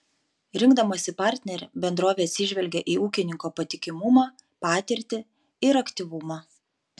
rinkdamasi partnerį bendrovė atsižvelgia į ūkininko patikimumą patirtį ir aktyvumą